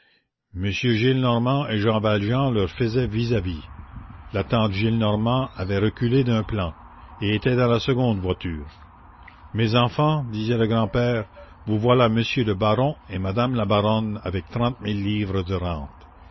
m gillenormand et jean valjean leur faisaient vis-à-vis la tante gillenormand avait reculé d'un plan et était dans la seconde voiture mes enfants disait le grand-père vous voilà monsieur le baron et madame la baronne avec trente mille livres de rente